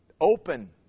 open